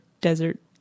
desert